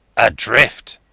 adrift.